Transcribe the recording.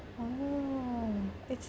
ah it's